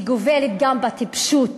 שגובלת גם בטיפשות,